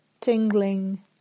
tingling